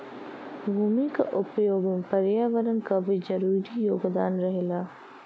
भूमि क उपयोग में पर्यावरण क भी जरूरी योगदान रहेला